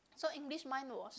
so English mine was